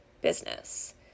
business